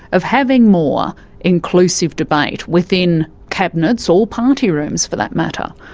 of having more inclusive debate within cabinets or party rooms for that matter?